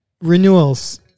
Renewals